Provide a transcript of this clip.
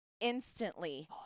instantly